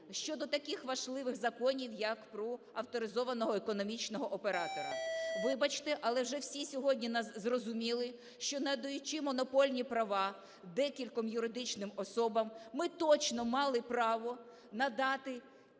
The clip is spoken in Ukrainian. щодо таких важливих законів, як про авторизованого економічного оператора. Вибачте, але вже всі сьогодні зрозуміли, що надаючи монопольні права декільком юридичним особам, ми точно мали право надати